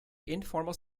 informal